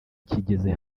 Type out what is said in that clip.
kigeze